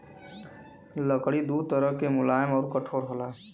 लकड़ी दू तरह के मुलायम आउर कठोर होला